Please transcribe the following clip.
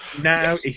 Now